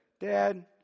Dad